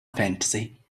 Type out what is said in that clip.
fantasy